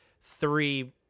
three